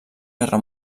guerra